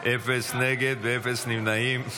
אפס נגד ואפס נמנעים.